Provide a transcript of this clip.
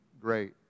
great